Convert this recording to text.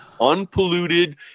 unpolluted